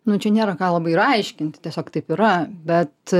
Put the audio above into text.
nu čia nėra ką labai ir aiškinti tiesiog taip yra bet